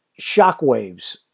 shockwaves